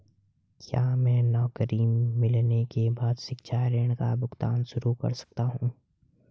क्या मैं नौकरी मिलने के बाद शिक्षा ऋण का भुगतान शुरू कर सकता हूँ?